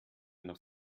noch